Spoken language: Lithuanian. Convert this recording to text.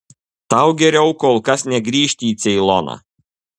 tau geriau kol kas negrįžti į ceiloną